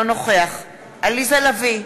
אינו נוכח עליזה לביא,